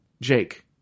Jake